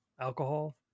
alcohol